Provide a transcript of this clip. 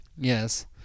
Yes